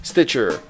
Stitcher